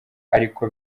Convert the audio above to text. ariko